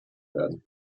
werden